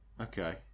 Okay